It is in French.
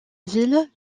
vile